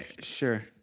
Sure